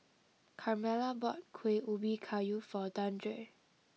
Carmella bought Kuih Ubi Kayu for Dandre